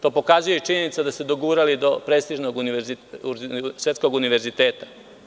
To pokazuje i činjenica da ste dogurali do prestižnog svetskog univerziteta.